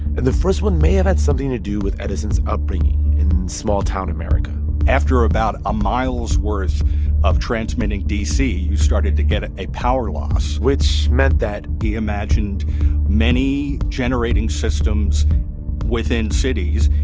and the first one may have had something to do with edison's upbringing in small-town america after about a mile's worth of transmitting dc, you started to get a power loss, which meant that he imagined many generating systems within cities,